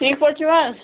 ٹھِیٖک پٲٹھۍ چھِو حَظ